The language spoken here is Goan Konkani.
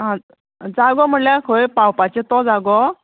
आं जागो म्हळ्यार खंय पावपाचें तो जागो